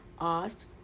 asked